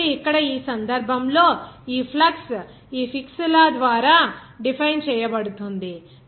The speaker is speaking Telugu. కాబట్టి ఇక్కడ ఈ సందర్భంలో ఈ ఫ్లక్స్ ఈ ఫిక్స్ లాFick's law ద్వారా డిఫైన్ చేయబడుతుంది